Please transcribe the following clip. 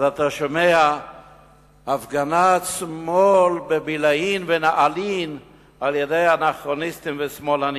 אתה שומע "הפגנת שמאל בבילעין ונעלין על-ידי אנרכיסטים ושמאלנים".